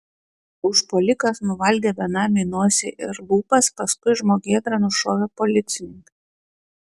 užpuolikas nuvalgė benamiui nosį ir lūpas paskui žmogėdrą nušovė policininkai